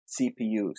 CPUs